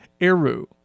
Eru